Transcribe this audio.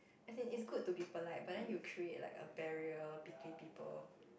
as in it's good to be polite but then you create like a barrier between people